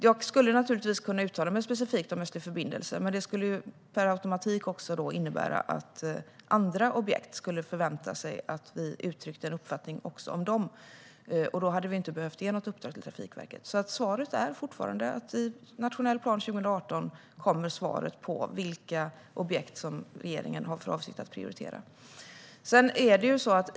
Jag skulle naturligtvis kunna uttala mig specifikt om Östlig förbindelse, men det skulle per automatik innebära att det skulle förväntas att regeringen skulle uttrycka en uppfattning om andra objekt. Då hade vi inte behövt ge ett uppdrag till Trafikverket. Svaret är fortfarande att i nationell plan 2018 kommer det att framgå vilka objekt som regeringen har för avsikt att prioritera.